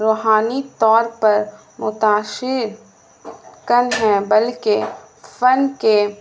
روحانی طور پر متاثر کن ہیں بلکہ فن کے